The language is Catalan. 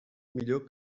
millor